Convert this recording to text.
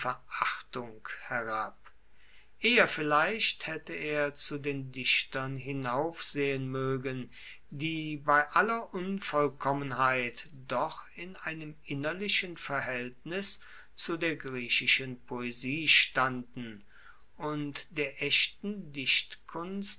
verachtung herab eher vielleicht haette er zu den dichtern hinaufsehen moegen die bei aller unvollkommenheit doch in einem innerlicheren verhaeltnis zu der griechischen poesie standen und der echten dichtkunst